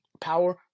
power